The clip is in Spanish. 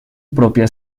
propia